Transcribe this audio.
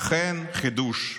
אכן חידוש.